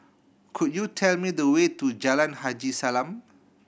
could you tell me the way to Jalan Haji Salam